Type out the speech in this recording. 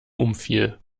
umfiel